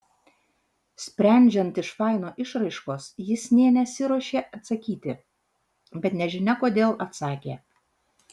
sprendžiant iš faino išraiškos jis nė nesiruošė atsakyti bet nežinia kodėl atsakė